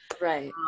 Right